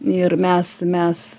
ir mes mes